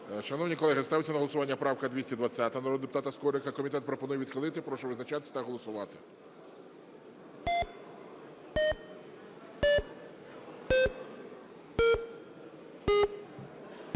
Шановні колеги, ставиться на голосування правка 220 народного депутата Скорика. Комітет пропонує відхилити. Прошу визначатись та голосувати.